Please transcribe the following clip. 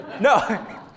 No